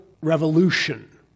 revolution